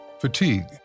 fatigue